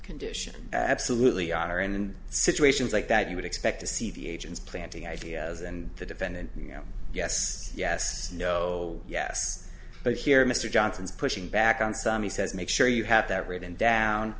condition absolutely on or in situations like that you would expect to see the agents planting ideas and the defendant you know yes yes no yes but here mr johnson's pushing back on some he says make sure you have that written down